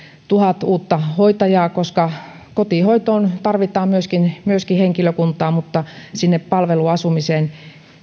tuhat uutta hoitajaa koska kotihoitoon tarvitaan henkilökuntaa mutta myöskin sinne palveluasumiseen